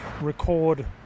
record